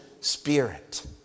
spirit